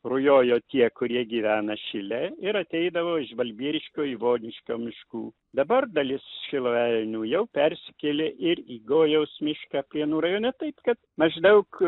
rujojo tie kurie gyvena šile ir ateidavo iš balbieriškio joniškio miškų dabar dalis šilainių jau persikėlė ir į gojaus mišką prienų rajone taip kad maždaug